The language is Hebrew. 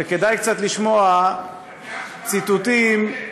וכדאי קצת לשמוע, זה הצבעה על הקיים?